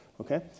okay